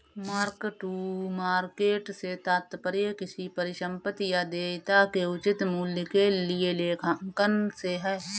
mark to market से तात्पर्य किसी परिसंपत्ति या देयता के उचित मूल्य के लिए लेखांकन से है